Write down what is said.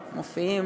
הם מופיעים